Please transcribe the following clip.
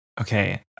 okay